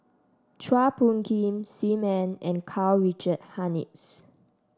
Chua Phung Kim Sim Ann and Karl Richard Hanitsch